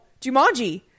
jumanji